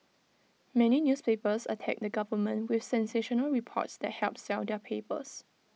many newspapers attack the government with sensational reports that help sell their papers